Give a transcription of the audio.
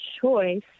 choice